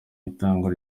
itangwa